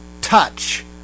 touch